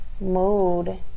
mood